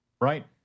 right